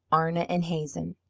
arna and hazen.